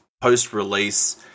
post-release